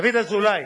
דוד אזולאי,